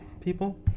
people